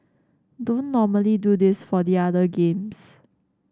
don't normally do this for the other games